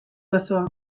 basoa